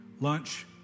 lunch